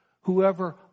Whoever